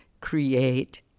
create